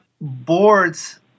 boards